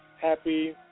happy